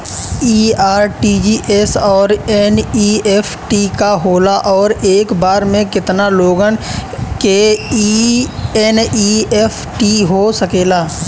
इ आर.टी.जी.एस और एन.ई.एफ.टी का होला और एक बार में केतना लोगन के एन.ई.एफ.टी हो सकेला?